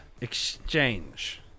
Exchange